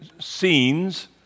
scenes